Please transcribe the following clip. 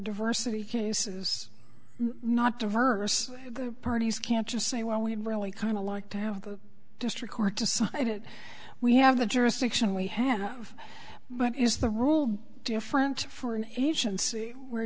diversity case is not diverse the parties can just say well we really kind of like to have the district court decide it we have the jurisdiction we have but is the rule different for an agency where